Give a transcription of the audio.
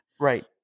right